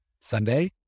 Sunday